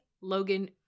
Logan